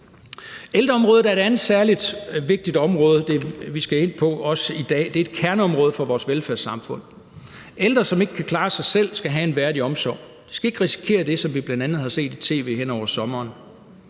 Ældreområdet er et andet særlig vigtigt område, vi også skal ind på i dag. Det er et kerneområde for vores velfærdssamfund. Ældre, som ikke kan klare sig selv, skal have en værdig omsorg. Vi skal ikke risikere det, som vi bl.a. har set i tv hen over sommeren.